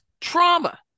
trauma